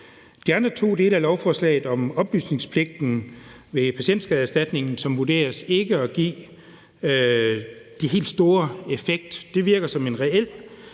Den anden del af lovforslaget handler om oplysningspligten ved patientskadererstatningen, der vurderes ikke at give den helt store effekt. Det virker som en reel